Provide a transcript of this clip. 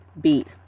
Beat